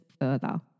further